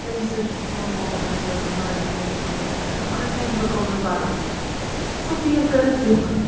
تَمہِ سۭتۍ دوٚپمو تۄہہِ مےٚ سُہ ٲس مےٚ وارِیاہ ہٮ۪لٕپ وغیرہ کَران مگر تَمہِ فُٹرو میون بروس سُہ فیٖل کٔرِتھ لیوٚکھ مےٚ